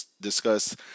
discuss